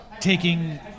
taking